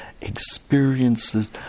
experiences